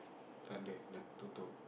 total